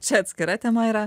čia atskira tema yra